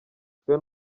twe